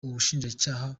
ubushinjacyaha